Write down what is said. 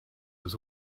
was